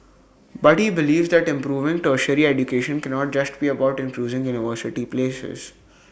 but he believes that improving tertiary education cannot just be about increasing university places